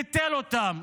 ביטל אותם.